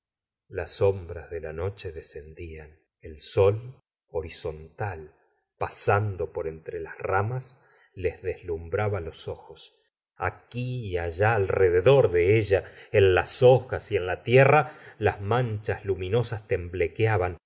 las sombras de la noche descendían el sol horizontal pasando por entre las ramas les deslumbraba los ojos aquí y allá alrededor de ella en las hojas y en la tierra las manchas luminosas temblequeteaban